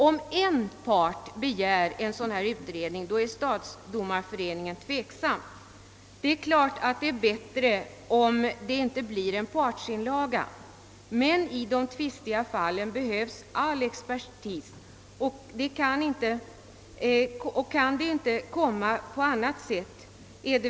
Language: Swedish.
Om endast en part begär en sådan utredning ställer sig stadsdomarföreningen tveksam. Det är givetvis bättre om det inte blir någon partsinlaga, men i tvistiga fall behövs all expertis.